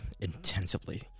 intensively